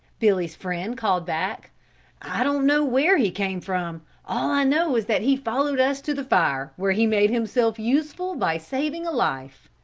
billy's friend called back i don't know where he came from all i know is that he followed us to the fire, where he made himself useful by saving a life.